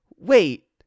Wait